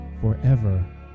forever